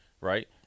right